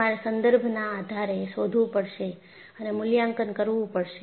તમારે સંદર્ભના આધારે શોધવું પડશે અને મૂલ્યાંકન કરવું પડશે